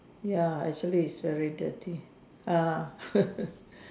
ya actually it's very dirty ah